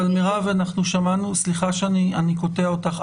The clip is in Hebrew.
מירב, סליחה שאני קוטע אותך.